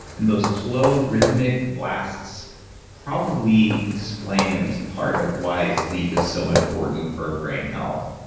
and those slow rhythmic blasts probably explain at least part of why sleep is so important for brain health.